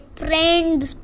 friends